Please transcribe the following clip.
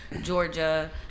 Georgia